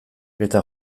eta